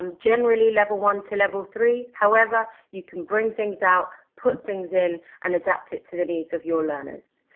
um generally level one to level three, however, you can bring things out put things in and adapt it to the needs of your learners.